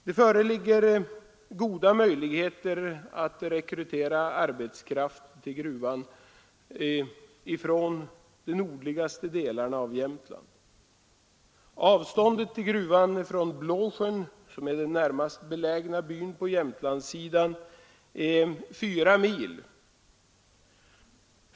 Det föreligger goda möjligheter att rekrytera arbetskraft till gruvan från de nordligaste delarna av Jämtland. Avståndet till gruvan från Stora Blåsjön, som är den närmast belägna byn på Jämtlandssidan, är 4 mil.